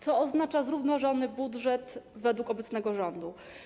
Co oznacza zrównoważony budżet według obecnego rządu?